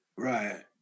Right